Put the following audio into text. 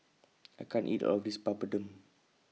I can't eat All of This Papadum